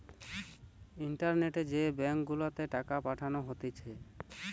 ইন্টারনেটে যে ব্যাঙ্ক গুলাতে টাকা পাঠানো হতিছে